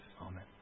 Amen